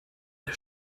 der